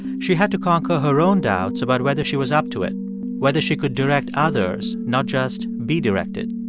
she had to conquer her own doubts about whether she was up to it whether she could direct others, not just be directed.